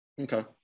Okay